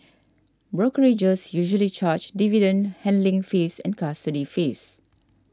brokerages usually charge dividend handling fees and custody fees